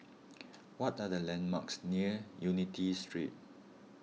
what are the landmarks near Unity Street